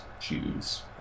Jews